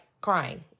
crying